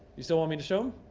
you still want me to show